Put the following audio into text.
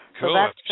Cool